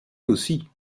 aussi